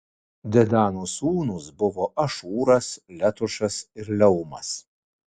dedano sūnūs buvo ašūras letušas ir leumas